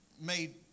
made